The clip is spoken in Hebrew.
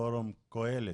פורום קהלת.